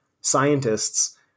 scientists